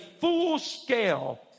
full-scale